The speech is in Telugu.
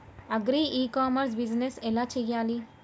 అగ్రి ఇ కామర్స్ బిజినెస్ ఎలా చెయ్యాలి?